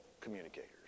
communicators